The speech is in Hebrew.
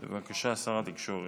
בבקשה, שר התקשורת.